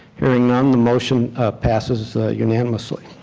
hearing none, the motion passes unanimously.